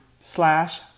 slash